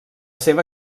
seva